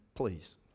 please